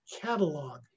catalog